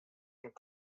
und